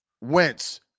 Wentz